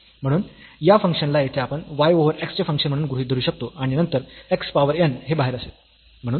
म्हणून या फंक्शन ला येथे आपण y ओव्हर x चे फंक्शन म्हणून गृहीत धरू शकतो आणि नंतर x पॉवर n हे बाहेर असेल